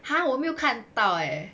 !huh! 我没有看到诶